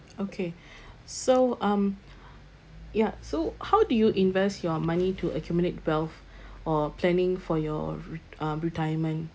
okay so um ya so how do you invest your money to accumulate wealth or planning for your re~ uh retirement